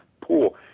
pool